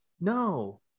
No